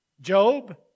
Job